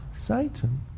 Satan